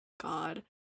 God